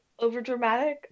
overdramatic